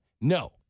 No